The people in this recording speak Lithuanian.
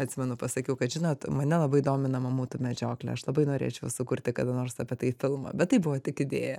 atsimenu pasakiau kad žinot mane labai domina mamutų medžioklė aš labai norėčiau sukurti kada nors apie tai filmą bet tai buvo tik idėja